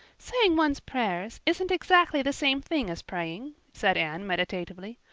saying one's prayers isn't exactly the same thing as praying, said anne meditatively.